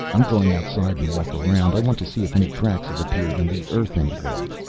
i'm going outside and walk around. i want to see if any cracks have appeared in the earth anywhere.